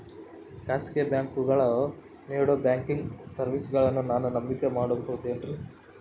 ಖಾಸಗಿ ಬ್ಯಾಂಕುಗಳು ನೇಡೋ ಬ್ಯಾಂಕಿಗ್ ಸರ್ವೇಸಗಳನ್ನು ನಾನು ನಂಬಿಕೆ ಮಾಡಬಹುದೇನ್ರಿ?